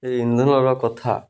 ସେ ଇନ୍ଧନ କଥା